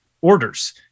orders